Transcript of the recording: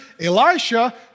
Elisha